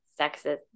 sexist